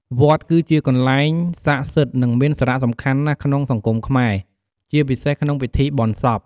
វត្តគឺជាកន្លែងស័ក្ដិសិទ្ធិ និងមានសារៈសំខាន់ណាស់ក្នុងសង្គមខ្មែរ ជាពិសេសក្នុងពិធីបុណ្យសព។